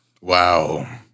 Wow